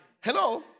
Hello